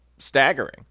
Staggering